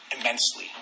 immensely